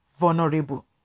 vulnerable